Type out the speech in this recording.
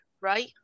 right